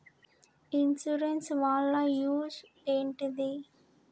Insurance వాళ్ల use ఏంటిది?